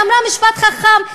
היא אמרה משפט חכם,